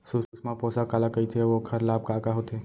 सुषमा पोसक काला कइथे अऊ ओखर लाभ का का होथे?